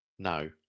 No